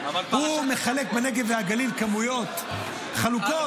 הוא מחלק בנגב והגליל כמויות, חלוקות.